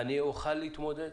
אני אוכל להתמודד?